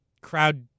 crowd